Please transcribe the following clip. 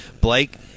Blake